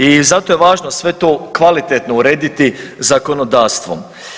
I zato je važno sve to kvalitetno urediti zakonodavstvom.